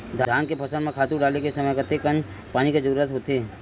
धान के फसल म खातु डाले के समय कतेकन पानी के जरूरत होथे?